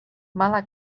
mala